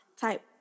type